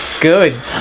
good